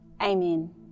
Amen